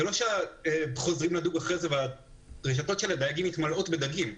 זה לא שחוזרים לדוג אחרי זה והרשתות של הדייגים מתמלאות בדגים.